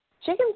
chickens